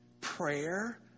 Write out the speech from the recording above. Prayer